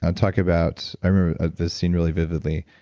ah talk about, i remember this scene really vividly,